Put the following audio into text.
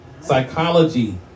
psychology